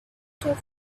people